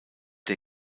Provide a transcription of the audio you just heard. der